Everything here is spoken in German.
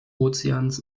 ozeans